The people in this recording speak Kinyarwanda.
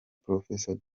professor